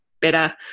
better